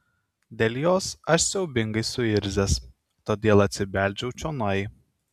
dėl jos aš siaubingai suirzęs todėl atsibeldžiau čionai